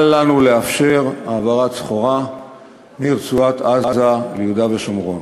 אל לנו לאפשר העברת סחורה מרצועת-עזה ליהודה ושומרון